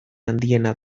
handiena